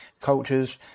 cultures